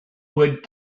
would